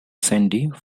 sandy